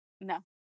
No